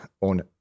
on